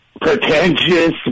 pretentious